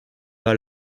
pas